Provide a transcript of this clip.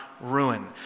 ruin